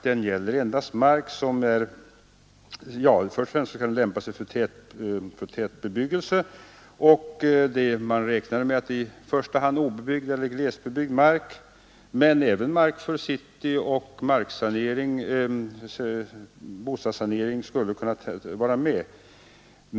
Först och främst skall marken lämpa sig för tätbebyggelse, och man räknar med att det är främst obebyggd eller glesbebyggd mark, men även mark för cityoch bostadssanering som skulle kunna vara med.